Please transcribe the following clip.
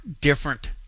different